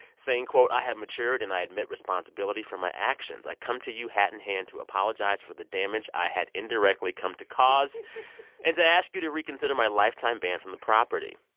saying, quote, i have matured, and i admit responsibility for my actions. i come to you, hat in hand, to apologize for the damage i had indirectly come to cause and to ask you to reconsider my lifetime ban from the property.